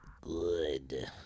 Good